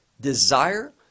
desire